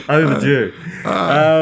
Overdue